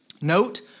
Note